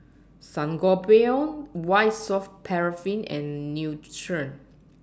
Sangobion White Soft Paraffin and Nutren